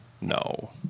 no